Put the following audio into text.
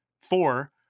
four